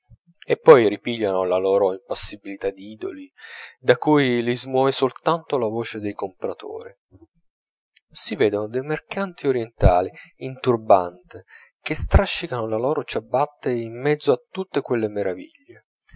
e poi ripigliano la loro impassibilità di idoli da cui li smuove soltanto la voce dei compratori si vedon dei mercanti orientali in turbante che strascicano le loro ciabatte in mezzo a tutte quelle meraviglie